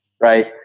right